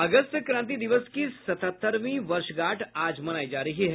अगस्त क्रांति दिवस की सतहत्तरवीं वर्षगांठ आज मनाई जा रही है